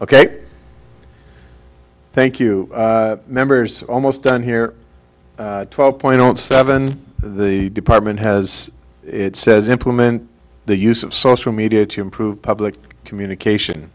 ok thank you members almost done here twelve point seven the department has it says implement the use of social media to improve public communication